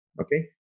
Okay